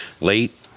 late